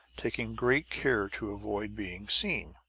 taking great care to avoid being seen.